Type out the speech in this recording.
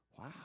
wow